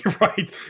Right